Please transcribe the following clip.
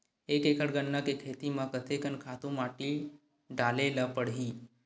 एक एकड़ गन्ना के खेती म कते कन खातु माटी डाले ल पड़ही?